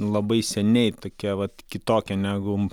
labai seniai tokia vat kitokia negu